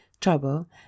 trouble